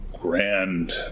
grand